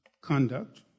conduct